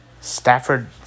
Stafford